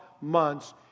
months